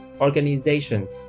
organizations